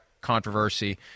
controversy